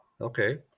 Okay